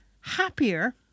happier